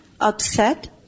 upset